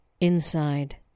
inside